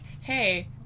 hey